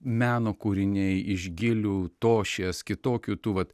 meno kūriniai iš gilių tošies kitokių tų vat